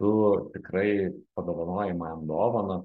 tu tikrai padovanojai man dovaną